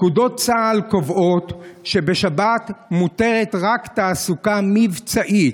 פקודות צה"ל קובעות שבשבת מותרת רק תעסוקה מבצעית.